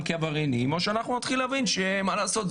כעבריינים או שנתחיל להבין שמה לעשות,